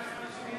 רבותי